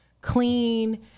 clean